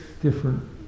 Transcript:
different